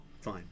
fine